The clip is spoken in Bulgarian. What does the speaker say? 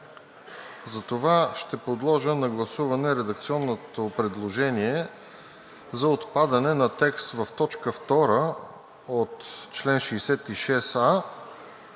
Затова ще подложа на гласуване редакционното предложение за отпадане на текст в т. 2 от чл. 66а,